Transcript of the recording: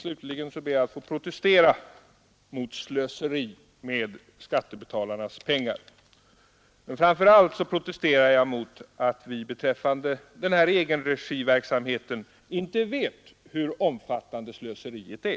Slutligen ber jag att få protestera mot slöseri med skattebetalarnas pengar, men framför allt protesterar jag mot att vi inte vet hur omfattande slöseriet är beträffande den här egenregiverksamheten.